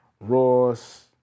Ross